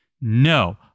no